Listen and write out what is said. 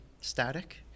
static